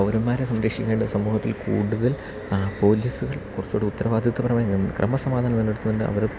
പൗരന്മാരെ സംരക്ഷിക്കേണ്ട സമൂഹത്തിൽ കൂടുതൽ പോലീസുകൾ കുറച്ചൂടെ ഉത്തരവാദിത്യപരമായി മുൻ ക്രമ സമാധനങ്ങൾ നിലനിർത്തുന്നതിന് അവർ